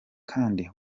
kandi